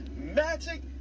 Magic